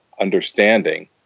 understanding